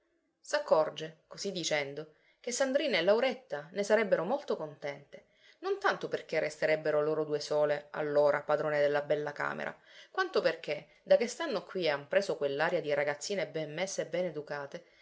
tua s'accorge così dicendo che sandrina e lauretta ne sarebbero molto contente non tanto perché resterebbero loro due sole allora padrone della bella camera quanto perché da che stanno qui e han preso quell'aria di ragazzine ben messe e ben educate